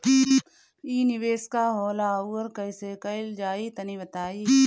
इ निवेस का होला अउर कइसे कइल जाई तनि बताईं?